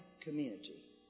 community